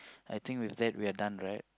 I think with that we are done right